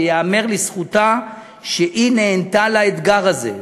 וייאמר לזכותה שהיא נענתה לאתגר הזה,